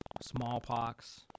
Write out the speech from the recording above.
smallpox